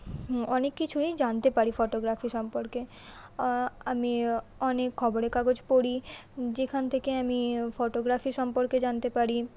অনেক কিছুই জানতে পারি ফটোগ্রাফি সম্পর্কে আমি অনেক খবরে কাগজ পড়ি যেখান থেকে আমি ফটোগ্রাফি সম্পর্কে জানতে পারি